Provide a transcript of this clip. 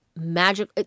magic